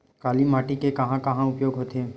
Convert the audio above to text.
काली माटी के कहां कहा उपयोग होथे?